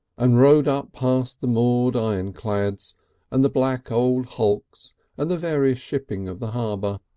and rowed up past the moored ironclads and the black old hulks and the various shipping of the harbour,